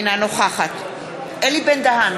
אינה נוכחת אלי בן-דהן,